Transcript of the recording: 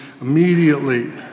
immediately